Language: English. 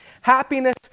Happiness